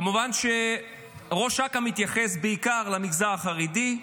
כמובן שראש אכ"א מתייחס בעיקר למגזר החרדי,